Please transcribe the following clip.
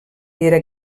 era